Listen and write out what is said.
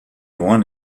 one